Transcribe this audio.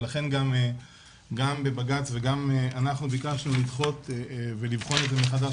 ולכן גם בג"ץ וגם אנחנו ביקשנו לדחות ולבחון את זה מחדש,